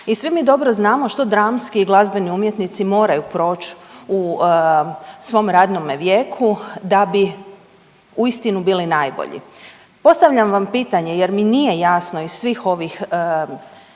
i svi mi dobro znamo što dramski i glazbeni umjetnici moraju proći u svom radnome vijeku da bi uistinu bili najbolji. Postavljam vam pitanje jer mi nije jasno iz svih ovih